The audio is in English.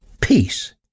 peace